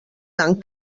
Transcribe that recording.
tant